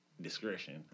discretion